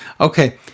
Okay